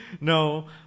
No